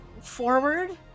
forward